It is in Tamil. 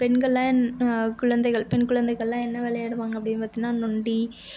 பெண்கள்லாம் குழந்தைகள் பெண் குழந்தைகளெல்லாம் என்ன விளையாடுவாங்க அப்டினு பார்த்தீங்கன்னா நொண்டி